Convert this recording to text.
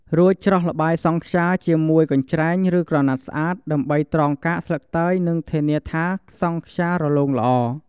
រួច ច្រោះល្បាយសង់ខ្យាជាមួយកញ្ច្រែង ឬក្រណាត់ស្អាត ដើម្បីត្រងកាកស្លឹកតើយនិងធានាថាសង់ខ្យារលោងល្អ។